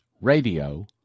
radio